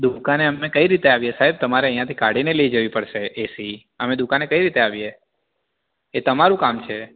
દુકાને અમે કઈ રીતે આવીએ સાહેબ તમારે અહીંયાથી કાઢીને લઈ જવી પડશે એસી અમે દુકાને કઈ રીતે આવીએ એ તમારું કામ છે